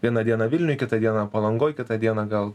vieną dieną vilniuj kitą dieną palangoj kitą dieną gal